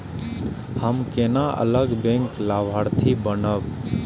हम केना अलग बैंक लाभार्थी बनब?